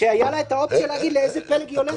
פה היה פיצול ויש מפלגות אם.